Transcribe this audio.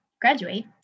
graduate